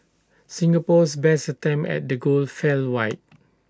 Singapore's best attempts at the goal fell wide